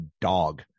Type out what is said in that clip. dog